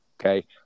okay